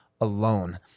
alone